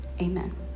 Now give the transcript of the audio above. amen